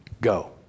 go